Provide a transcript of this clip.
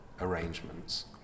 arrangements